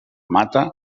mata